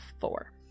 Four